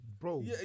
bro